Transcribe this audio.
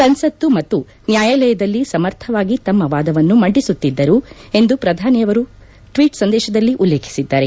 ಸಂಸತ್ತು ಮತ್ತು ನ್ವಾಯಾಲಯದಲ್ಲಿ ಸಮರ್ಥವಾಗಿ ತಮ್ಮ ವಾದವನ್ನು ಮಂಡಿಸುತ್ತಿದ್ದರು ಎಂದು ಪ್ರಧಾನಿ ಅವರು ಟ್ವೀಟ್ ಸಂದೇಶದಲ್ಲಿ ಉಲ್ಲೇಖಿಸಿದ್ದಾರೆ